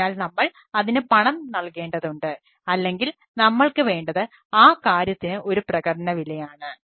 അതിനാൽ നമ്മൾ അതിന് പണം നൽകേണ്ടതുണ്ട് അല്ലെങ്കിൽ നമ്മൾക്ക് വേണ്ടത് ആ കാര്യത്തിന് ഒരു പ്രകടന വിലയാണ്